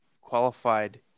qualified